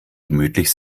gemütlich